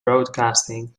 broadcasting